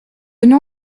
nom